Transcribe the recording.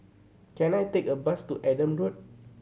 can I take a bus to Adam Road